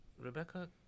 Rebecca